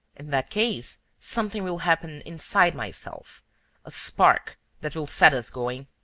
in that case, something will happen inside myself a spark that will set us going.